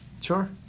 Sure